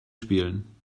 spielen